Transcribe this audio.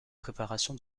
préparation